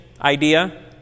idea